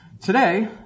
Today